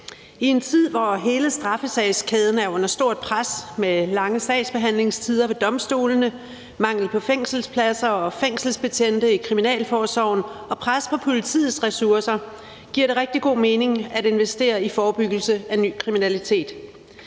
I en tid, hvor hele straffesagskæden er under stort pres med lange sagsbehandlingstider ved domstolene, mangel på fængselspladser og fængselsbetjente i kriminalforsorgen og pres på politiets ressourcer, giver det rigtig god mening at investere i forebyggelse af ny kriminalitet.